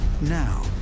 Now